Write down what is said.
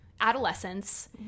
adolescence